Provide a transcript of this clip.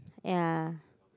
yeah